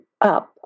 up